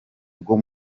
rwo